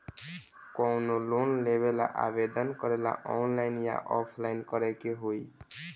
कवनो लोन लेवेंला आवेदन करेला आनलाइन या ऑफलाइन करे के होई?